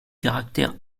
caractère